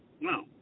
No